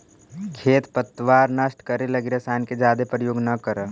खेर पतवार नष्ट करे लगी रसायन के जादे प्रयोग न करऽ